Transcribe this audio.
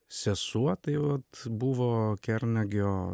sesuo taip vat buvo kernagio